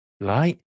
Right